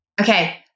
Okay